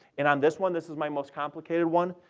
and on this one, this is my most complicated one,